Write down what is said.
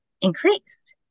increased